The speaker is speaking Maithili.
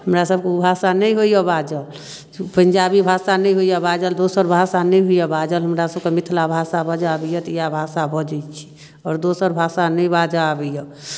हमरासभके ओ भाषा नहि होइए बाजल पंजाबी भाषा नहि होइए बाजल दोसर भाषा नहि होइए बाजल हमरासभके मिथिला भाषा बाजय अबैए तऽ इएह भाषा बजै छी आओर दोसर भाषा नहि बाजय अबैए